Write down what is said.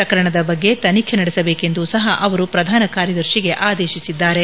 ಪ್ರಕರಣದ ಬಗ್ಗೆ ತನಿಖೆ ನಡೆಸಬೇಕೆಂದು ಸಹ ಅವರು ಪ್ರಧಾನ ಕಾರ್ಯದರ್ಶಿಗೆ ಆದೇಶಿಸಿದ್ದಾರೆ